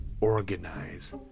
organize